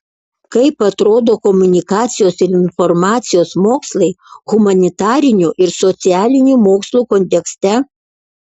kaip atrodo komunikacijos ir informacijos mokslai humanitarinių ir socialinių mokslų kontekste